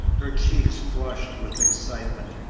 her cheeks flushed with excitement,